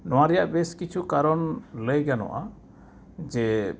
ᱱᱚᱣᱟ ᱨᱮᱭᱟᱜ ᱵᱮᱥ ᱠᱤᱪᱷᱩ ᱠᱟᱨᱚᱱ ᱞᱟᱹᱭ ᱜᱟᱱᱚᱜᱼᱟ ᱡᱮ